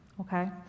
okay